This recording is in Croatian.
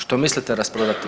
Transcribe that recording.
Što mislite rasprodati?